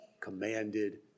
commanded